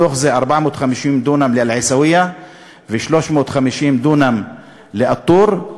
מתוך זה 450 דונם לאל-עיסאוויה ו-350 דונם לא-טור.